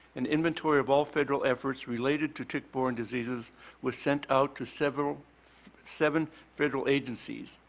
an inventory of all federal efforts related to tick-borne diseases was sent out to several seven federal agencies.